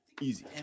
Easy